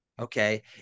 Okay